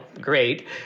great